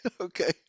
okay